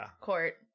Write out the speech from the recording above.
court